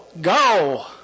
go